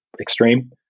extreme